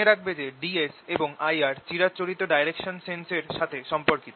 মনে রাখবে যে ds এবং IR চিরাচরিত ডিরেকশন সেন্স এর সাথে সম্পর্কিত